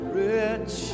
rich